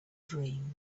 dream